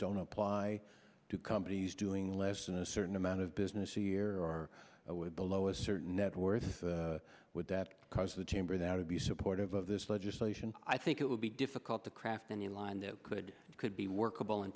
don't apply to companies doing less than a certain amount of business a year or way below a certain net worth would that cause the chamber that would be supportive of this legislation i think it would be difficult to craft a new line that could could be workable in